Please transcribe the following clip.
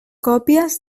còpies